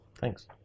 Thanks